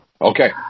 Okay